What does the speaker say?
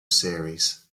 series